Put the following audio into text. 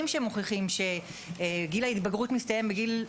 שמוכיחים שגיל ההתבגרות מסתיים בגיל 25,